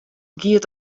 giet